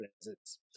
presence